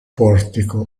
portico